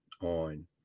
on